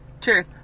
True